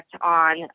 on